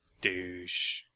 Douche